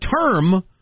term